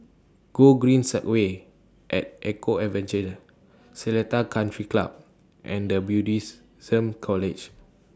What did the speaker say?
Gogreen Segway At Eco Adventure Seletar Country Club and The Buddhist Some College